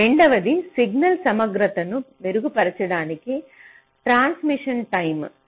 రెండవది సిగ్నల్ సమగ్రతను మెరుగుపరచడానికి ట్రాన్సిషన్ టైం న్ని సవరించడం